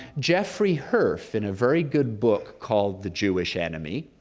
jeffrey herf, in a very good book called the jewish enemy,